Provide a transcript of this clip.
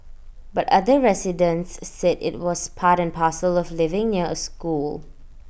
but other residents said IT was part and parcel of living near A school